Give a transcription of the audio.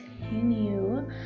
continue